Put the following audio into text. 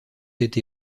été